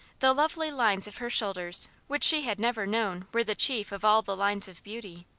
the lovely lines of her shoulders, which she had never known were the chief of all the lines of beauty,